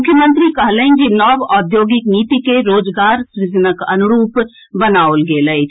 मुख्यमंत्री कहलनि जे नव औद्योगिक नीति के रोजगार सृजनक अनुरूप बनाओल गेल अछि